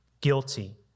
guilty